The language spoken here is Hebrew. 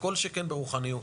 וכל שכן ברוחניות".